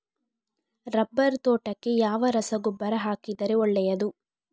Rubber ತೋಟಕ್ಕೆ ಯಾವ ರಸಗೊಬ್ಬರ ಹಾಕಿದರೆ ಒಳ್ಳೆಯದು?